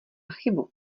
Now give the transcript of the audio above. chybu